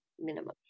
minimum